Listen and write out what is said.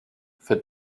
for